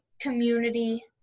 community